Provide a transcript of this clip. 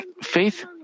faith